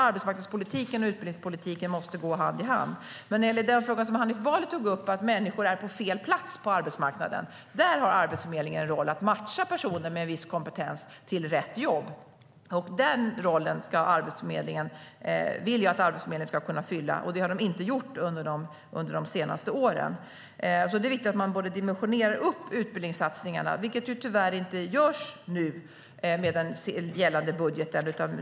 Arbetsmarknadspolitiken och utbildningspolitiken måste därför gå hand i hand. När det gäller den fråga som Hanif Bali tog upp om att människor är på fel plats på arbetsmarknaden har Arbetsförmedlingen en roll att matcha personer med viss kompetens till rätt jobb. Den rollen vill jag att Arbetsförmedlingen ska kunna fylla. Det har de inte gjort under de senaste åren. Det är viktigt att man dimensionerar upp utbildningssatsningarna, vilket tyvärr inte görs med den gällande budgeten.